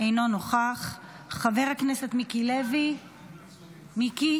אינו נוכח, חבר הכנסת מיקי לוי, מיקי?